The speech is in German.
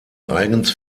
eigens